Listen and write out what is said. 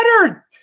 better